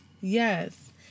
Yes